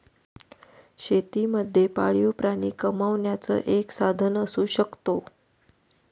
शेती मध्ये पाळीव प्राणी कमावण्याचं एक साधन असू शकतो